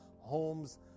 homes